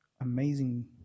amazing